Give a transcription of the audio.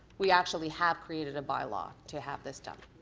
we actually have created a bylaw to have this done.